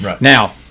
Now